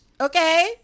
okay